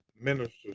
minister's